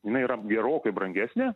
jinai yra gerokai brangesnė